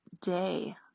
day